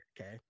okay